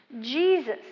Jesus